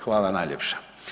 Hvala najljepša.